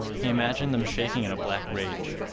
he imagined them shaking in black rage.